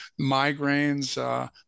migraines